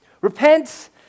Repent